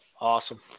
Awesome